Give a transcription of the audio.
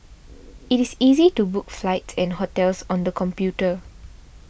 it is easy to book flights and hotels on the computer